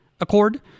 Accord